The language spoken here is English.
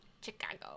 Chicago